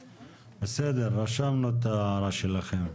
בסדר, רשמנו את ההערה שלכם.